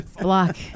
...block